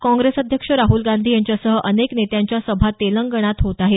काँग्रेस अध्यक्ष राहूल गांधी यांच्यासह अनेक नेत्यांच्या सभा तेलंगणात होत आहेत